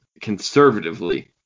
conservatively